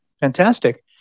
Fantastic